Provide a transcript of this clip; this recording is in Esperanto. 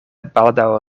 baldaŭ